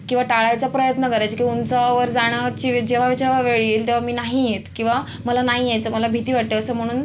किंवा टाळायचं प्रयत्न करायचे की उंचावर जाणं जेव्हा जेव्हा वेळ येईल तेव्हा मी नाही येत किंवा मला नाही यायचं मला भीती वाटते असं म्हणून